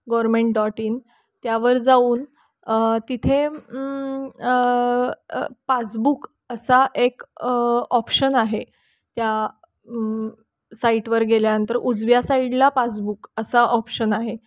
government dot in त्यावर जाऊन तिथे पासबुक असा एक ऑप्शन आहे त्या साईटवर गेल्यानंतर उजव्या साईडला पासबुक असा ऑप्शन आहे